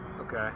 okay